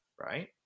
right